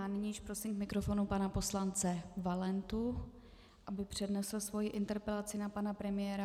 Nyní prosím k mikrofonu pana poslance Valentu, aby přednesl svoji interpelaci na pana premiéra.